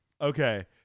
Okay